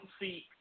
see